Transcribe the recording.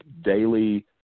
daily